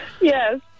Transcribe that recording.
Yes